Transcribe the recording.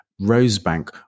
Rosebank